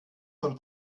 von